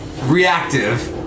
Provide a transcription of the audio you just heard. reactive